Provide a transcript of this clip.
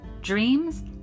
dreams